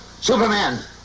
Superman